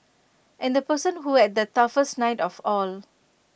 and the person who had the toughest night of all